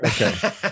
Okay